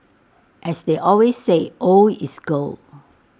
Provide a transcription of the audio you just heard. as they always say old is gold